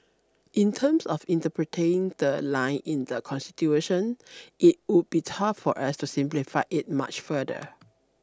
in terms of interpreting the line in the Constitution it would be tough for us to simplify it much further